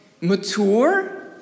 mature